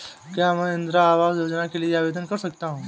क्या मैं इंदिरा आवास योजना के लिए आवेदन कर सकता हूँ?